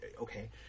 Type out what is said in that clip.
okay